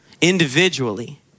individually